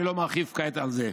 ואני לא מרחיב כעת בזה.